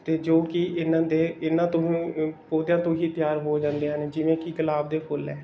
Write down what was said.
ਅਤੇ ਜੋ ਕਿ ਇਹਨਾਂ ਦੇ ਇਹਨਾਂ ਤੋਂ ਪੌਦਿਆਂ ਤੋਂ ਹੀ ਤਿਆਰ ਹੋ ਜਾਂਦੇ ਹਨ ਜਿਵੇਂ ਕਿ ਗੁਲਾਬ ਦੇ ਫੁੱਲ ਹੈ